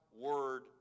Word